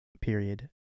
period